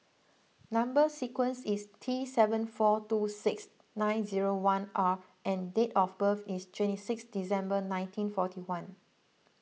Number Sequence is T seven four two six nine zero one R and date of birth is twenty six December nineteen forty one